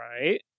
Right